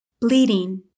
Bleeding